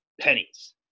pennies